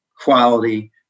quality